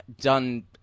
done